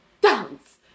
dance